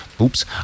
Oops